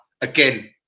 Again